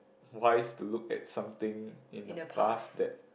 wise to look at something in the past that